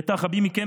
בטח רבים מכם,